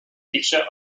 picture